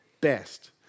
best